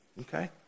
okay